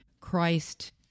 christ